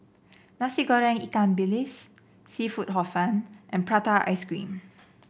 Nasi Goreng Ikan Bilis seafood Hor Fun and Prata Ice Cream